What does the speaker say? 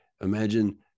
Imagine